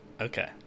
Okay